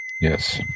Yes